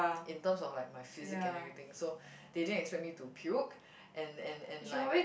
in terms of like my physic and everything so they didn't expect me to puke and and and like